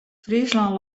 fryslân